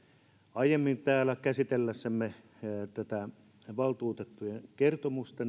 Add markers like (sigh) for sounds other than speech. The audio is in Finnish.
aiemmin täällä käsitellessämme valtuutettujen kertomusta (unintelligible)